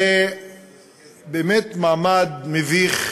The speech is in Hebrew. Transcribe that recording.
זה באמת מעמד מביך,